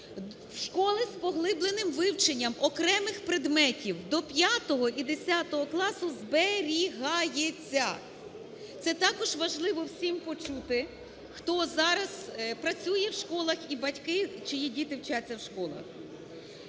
в школи з поглибленим вивченням окремих предметів до 5-го і 10-го класу зберігається. Це також важливо всім почути, хто зараз працює в школах, і батьки, чиї діти вчаться в школах.